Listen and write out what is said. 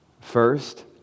First